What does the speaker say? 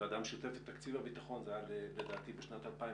בוועדה המשותפת לתקציב הביטחון זה היה לדעתי בשנת 2018